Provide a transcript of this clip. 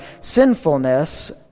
sinfulness